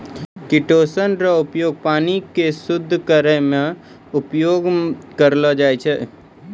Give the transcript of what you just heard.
chitosan रो उपयोग पानी के शुद्ध करै मे उपयोग करलो जाय छै